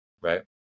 Right